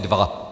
2.